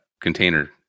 container